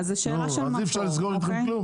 אז אי אפשר לסגור אתכם כלום?